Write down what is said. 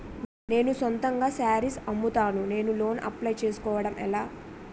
నేను సొంతంగా శారీస్ అమ్ముతాడ, నేను లోన్ అప్లయ్ చేసుకోవడం ఎలా?